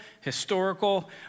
historical